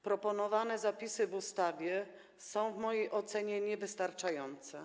Proponowane zapisy w ustawie są w mojej ocenie niewystarczające.